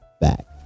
Back